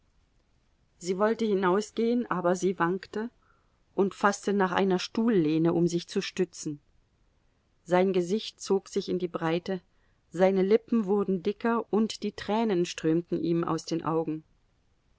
sie wollte hinausgehen aber sie wankte und faßte nach einer stuhllehne um sich zu stützen sein gesicht zog sich in die breite seine lippen wurden dicker und die tränen strömten ihm aus den augen